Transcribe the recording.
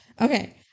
okay